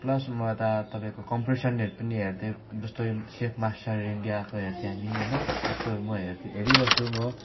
plus म त तपाईँको कम्प्रेसनहरू पनि हेर्थेँ जस्तो यो सेफ मास्टर इन्डियाको हेर्थेँ हामी होइन त्यस्तोहरू म हेर्थेँ हेरिबस्छु म